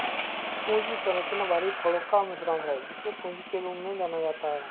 पूंजी संरचना बाहरी फंडों का मिश्रण है, जिसे पूंजी के रूप में जाना जाता है